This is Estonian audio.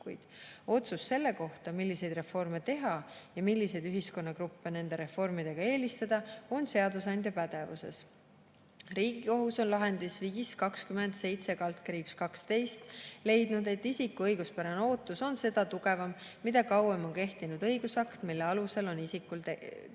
Otsus selle kohta, milliseid reforme teha ja milliseid ühiskonnagruppe nende reformidega eelistada, on seadusandja pädevuses. Riigikohus on lahendis 5-20-7/12 leidnud, et isiku õiguspärane ootus on seda tugevam, mida kauem on kehtinud õigusakt, mille alusel on isikul tekkinud